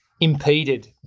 impeded